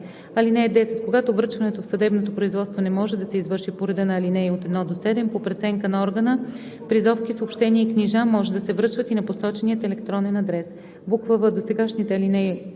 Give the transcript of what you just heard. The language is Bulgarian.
10: „(10) Когато връчването в съдебното производство не може да се извърши по реда на ал. 1 – 7, по преценка на органа призовки, съобщения и книжа може да се връчват и на посочен електронен адрес.“; в) досегашните ал.